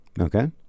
Okay